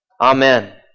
Amen